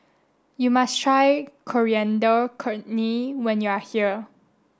you must try Coriander Chutney when you are here